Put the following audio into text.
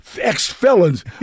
ex-felons